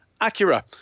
Acura